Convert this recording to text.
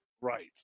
Right